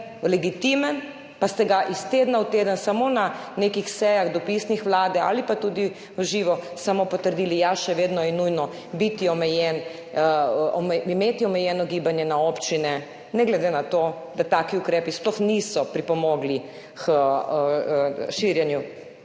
legitimen, pa ste ga iz tedna v teden samo na nekih dopisnih sejah Vlade ali pa tudi v živo samo potrdili, ja, še vedno je nujno biti omejen, imeti omejeno gibanje na občine, ne glede na to, da taki ukrepi sploh niso pripomogli k omejevanju